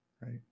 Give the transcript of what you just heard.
right